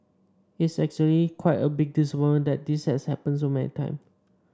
it's actually quite a big disappointment that this has happened so many time